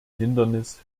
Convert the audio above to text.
hindernis